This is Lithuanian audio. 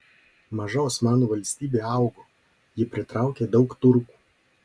maža osmanų valstybė augo ji pritraukė daug turkų